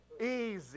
easy